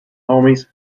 homies